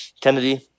Kennedy